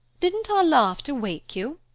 didn't our laughter wake you?